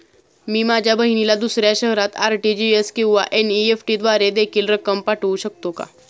मी माझ्या बहिणीला दुसऱ्या शहरात आर.टी.जी.एस किंवा एन.इ.एफ.टी द्वारे देखील रक्कम पाठवू शकतो का?